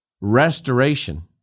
restoration